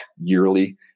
yearly